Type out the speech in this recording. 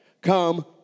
come